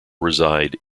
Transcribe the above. reside